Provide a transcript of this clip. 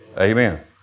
Amen